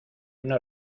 una